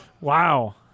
Wow